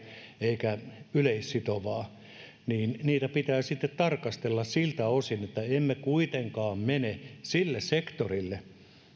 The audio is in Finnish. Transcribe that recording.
eikä yleissitovaa ja niitä pitää sitten tarkastella siltä osin että emme kuitenkaan mene sille sektorille